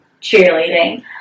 cheerleading